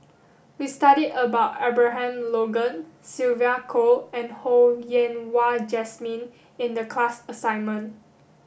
we studied about Abraham Logan Sylvia Kho and Ho Yen Wah Jesmine in the class assignment